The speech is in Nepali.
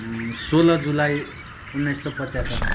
सोह्र जुलाई उन्नाइस सौ पचहत्तर